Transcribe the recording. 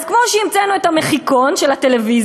אז כמו שהמצאנו את המחיקון של הטלוויזיה,